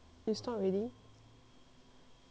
stop already